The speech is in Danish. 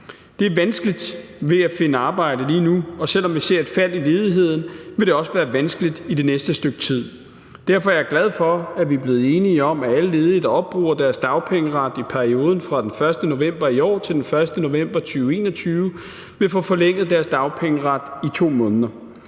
Det er vanskeligt at finde arbejde lige nu, og selv om vi ser et fald i ledigheden, vil det også være vanskeligt i det næste stykke tid. Derfor er jeg glad for, at vi er blevet enige om, at alle ledige, der opbruger deres dagpengeret i perioden fra den 1. november i år til den 1. november 2021, vil få forlænget deres dagpengeret i 2 måneder.